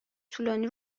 طولانی